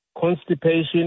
constipation